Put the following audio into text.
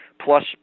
plus